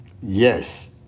Yes